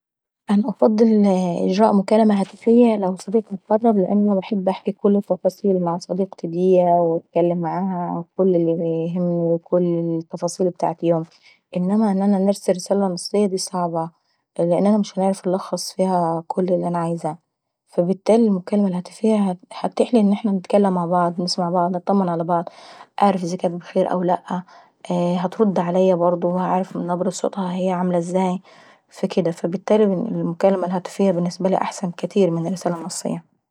انا انفضل اجراء مكالمة هاتفية لو صديقتي لاني نحب نحكي كل التفاصيل مع صديقتي ديا لان نحب نحكي معاها ف كل اللي يهمني وفي كل التفاصيل ابتعاة يومي، انما ان انا نرسل رسالة نصية دي صعبة لاني مش هنعرف نلخص فيها كل اللي انا عازياه. فالبتالي المكالمة الهاتفية هتتيحلي ان احنا نتكلم مع بعض نسمع بعض نطمن ع بعض، نعرف ان كانت بخير ولا لاءة ، هترد عليا برضه وهنعرف من نبرة صوطها هي عاملة ازاي فاكدا فالبتالي المكالمة الهاتفية احسن بكاتير من الرسالة النصية.